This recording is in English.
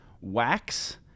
wax